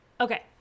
Okay